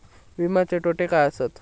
विमाचे तोटे काय आसत?